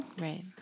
right